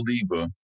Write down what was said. believer